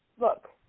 look